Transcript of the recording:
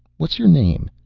what's your name?